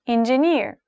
Engineer